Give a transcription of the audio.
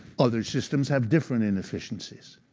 other systems have different inefficiencies,